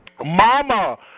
Mama